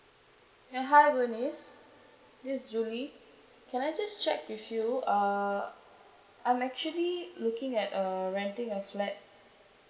ya hi B E R N I C E this is J U D Y can I just check with you uh I'm actually looking at uh renting a flat